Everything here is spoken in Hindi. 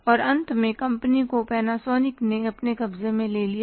और अंत में कंपनी को पैनासोनिक ने अपने कब्ज़े में ले लिया